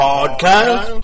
Podcast